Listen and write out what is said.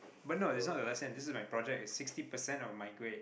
but no this one was the same this is my project it's sixty percent of my grade